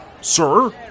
Sir